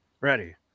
Ready